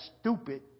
stupid